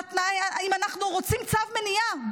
אנחנו רוצים צו מניעה.